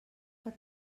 per